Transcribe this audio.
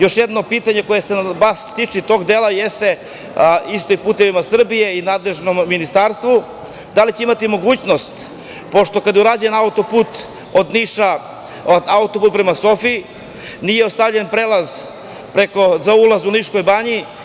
Još jedno pitanje koje se vas tiče i tog dela jeste upućeno isto i „Putevima Srbije“ i nadležnom ministarstvo – da li postoji mogućnost, pošto kada je urađen auto-put od Niša prema Sofiji nije ostavljen prelaz za ulaz u Nišku banju…